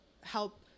help